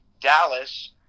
Dallas